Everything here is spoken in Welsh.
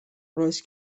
rhoes